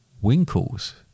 winkles